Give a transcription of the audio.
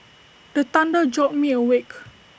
the thunder jolt me awake